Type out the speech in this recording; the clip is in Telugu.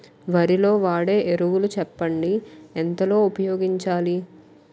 వరిలో వాడే ఎరువులు చెప్పండి? ఎంత లో ఉపయోగించాలీ?